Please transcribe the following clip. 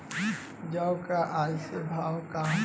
जौ क आज के भाव का ह?